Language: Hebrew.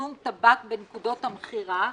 לפרסום טבק בנקודות המכירה,